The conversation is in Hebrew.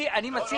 אני אומר